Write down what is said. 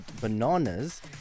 bananas